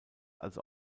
also